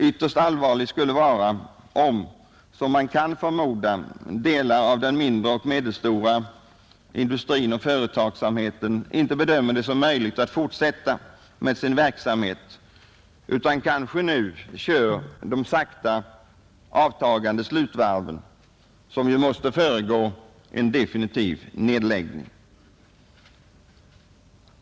Ytterst allvarligt skulle vara om, som man kan förmoda, delar av den mindre och medelstora industrin och företagsamheten inte bedömer det som möjligt att fortsätta med sin verksamhet utan kanske nu kör de sakta avtagande slutvarven, som måste föregå en definitiv nedläggning.